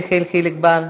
חבר הכנסת יחיאל חיליק בר,